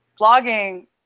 blogging